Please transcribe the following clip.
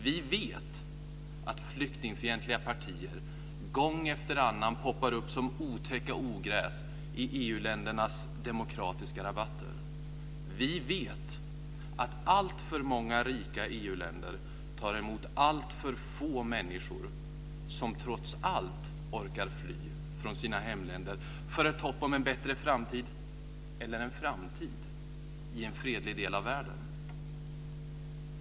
Vi vet att flyktingfientliga partier gång efter annan poppar upp som otäcka ogräs i EU-ländernas demokratiska rabatter. Vi vet att alltför många rika EU-länder tar emot alltför få människor som trots allt orkar fly från sina hemländer för ett hopp om en bättre framtid eller framtid i en fredlig del av världen.